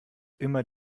immer